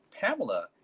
Pamela